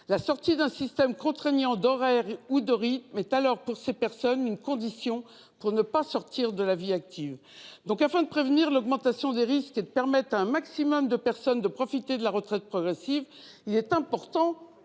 La sortie d'un système contraignant en termes d'horaires ou de rythme est alors, pour ces personnes, une condition pour ne pas sortir de la vie active. Afin de prévenir l'augmentation des risques et de permettre à un maximum de personnes de profiter de la retraite progressive, il est important